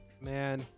man